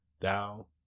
thou